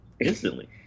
instantly